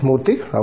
మూర్తి అవును